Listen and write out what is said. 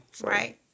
Right